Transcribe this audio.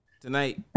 tonight